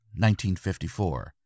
1954